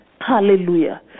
Hallelujah